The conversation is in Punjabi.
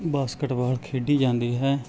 ਬਾਸਕਟਬਾਲ ਖੇਡੀ ਜਾਂਦੀ ਹੈ